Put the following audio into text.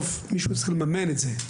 מישהו צריך לממן את זה בסוף.